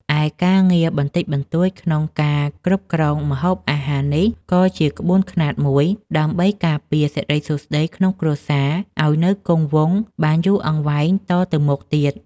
ឯកិច្ចការងារបន្តិចបន្តួចក្នុងការគ្របគ្រងម្ហូបអាហារនេះ ក៏ជាក្បួនខ្នាតមួយដើម្បីការពារសិរីសួស្តីក្នុងគ្រួសារឱ្យនៅគង់វង្សបានយូរអង្វែងតទៅមុខទៀត។